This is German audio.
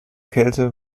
kälte